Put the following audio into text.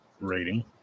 rating